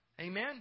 Amen